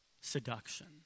seduction